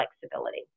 flexibility